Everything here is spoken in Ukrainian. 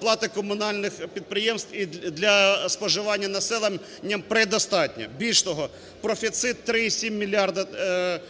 плати комунальних підприємств і для споживання населеннямпредостатньо, більше того, профіцит – 3,7